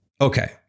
Okay